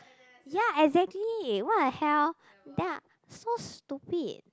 ya exactly what the hell they are so stupid